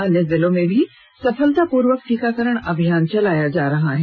अन्य जिलों में भी सफलतापूर्वक टीकाकरण अभियान चलाया जा रहा है